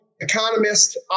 economist